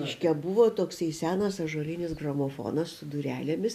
reiškia buvo toks senas ąžuolinis gramofonas su durelėmis